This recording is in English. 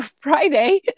Friday